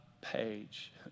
page